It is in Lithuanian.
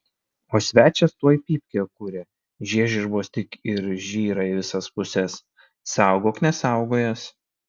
o svečias tuoj pypkę kuria žiežirbos tik ir žyra į visas puses saugok nesaugojęs